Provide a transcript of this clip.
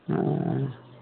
हॅं